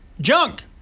junk